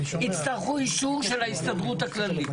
יצטרכו אישור של ההסתדרות הכללית.